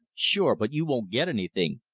sure! but you won't get anything.